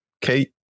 Kate